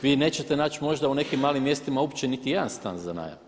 Vi nećete naći možda u nekim malim mjestima uopće niti jedan stan za najam.